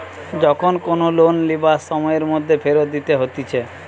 যখন কোনো লোন লিবার সময়ের মধ্যে ফেরত দিতে হতিছে